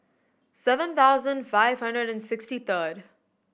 seven thousand five hundred and sixty third